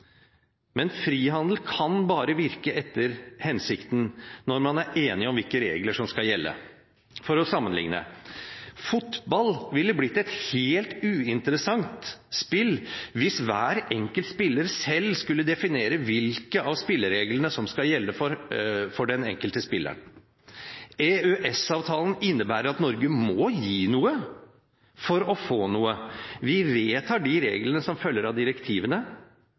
Men frihandel kan bare virke etter hensikten når man er enig om hvilke regler som skal gjelde. For å sammenligne: Fotball ville blitt et helt uinteressant spill hvis hver enkelt spiller selv skulle definere hvilke spilleregler som skal gjelde for den enkelte spiller. EØS-avtalen innebærer at Norge må gi noe for å få noe. Vi vedtar de reglene som følger av direktivene.